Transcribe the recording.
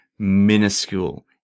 minuscule